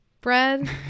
bread